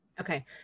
Okay